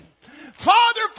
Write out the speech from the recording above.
Father